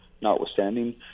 notwithstanding